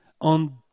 on